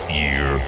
year